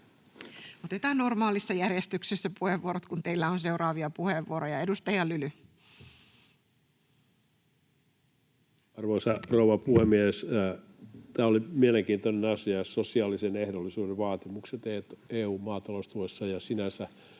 Otetaan normaalissa järjestyksessä puheenvuorot, kun teillä on seuraavia puheenvuoroja. — Edustaja Lyly. Arvoisa rouva puhemies! Tämä oli mielenkiintoinen asia, sosiaalisen ehdollisuuden vaatimukset EU:n maataloustuessa. Kun